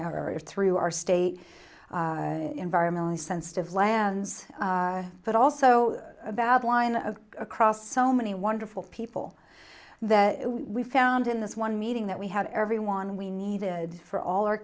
area through our state environmentally sensitive lands but also a bad line across so many wonderful people that we found in this one meeting that we had every on we needed for all our